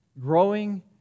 growing